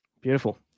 beautiful